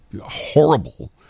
horrible